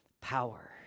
power